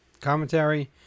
commentary